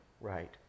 right